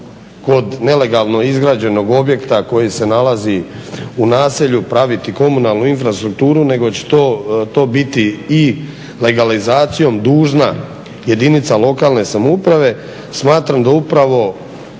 nelegalno izgrađenog objekta koji se nalazi u naselju praviti komunalnu infrastrukturu nego će to biti i legalizacijom dužna jedinica lokalne samouprave smatram da upravo